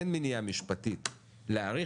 אין מניעה משפטית להאריך,